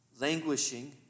languishing